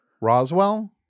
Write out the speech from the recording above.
Roswell